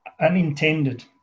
Unintended